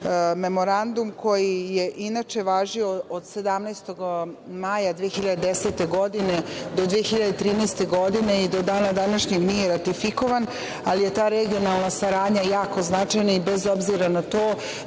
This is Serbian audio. memorandum koji je inače važio od 17. maja 2010. godine do 2013. godine i do dana današnjeg nije ratifikovan, ali je ta regionalna saradnja jako značajna i bez obzira na to,